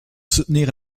soutenir